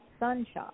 sunshine